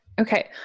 Okay